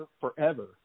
forever